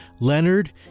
Leonard